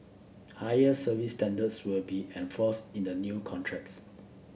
higher service standards will be enforced in the new contracts